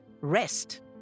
rest